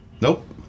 nope